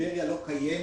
טבריה לא קיימת.